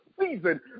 season